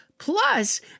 Plus